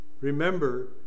remember